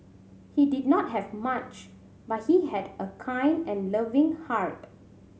he did not have much but he had a kind and loving heart